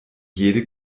jede